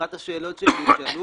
אחת השאלות שנשאלו: